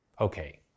Okay